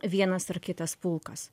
vienas ar kitas pulkas